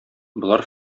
болар